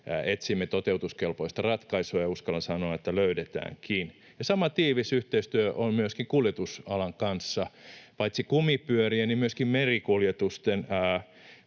etsimme toteutuskelpoista ratkaisua, ja uskallan sanoa, että se löydetäänkin. Sama tiivis yhteistyö on myöskin kuljetusalan kanssa. Paitsi kumipyörien niin myöskin merikuljetusten